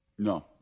No